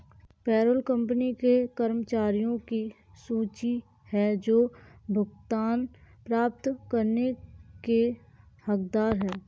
payroll company के कर्मचारियों की सूची है जो भुगतान प्राप्त करने के हकदार हैं